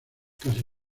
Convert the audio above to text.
casi